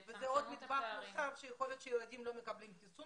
זה עוד נדבך שבגללו ייתכן שילדים לא מקבלים חיסון